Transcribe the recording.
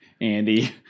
Andy